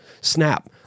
snap